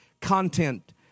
content